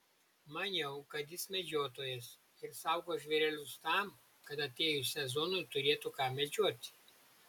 maniau kad jis medžiotojas ir saugo žvėrelius tam kad atėjus sezonui turėtų ką medžioti